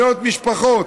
מאות משפחות.